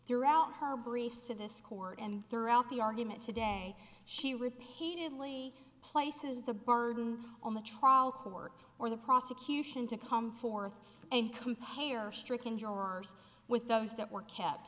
throughout her briefs to this court and throughout the argument today she repeatedly places the burden on the trial court or the prosecution to come forth and compare stricken jurors with those that were